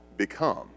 become